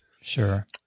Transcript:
Sure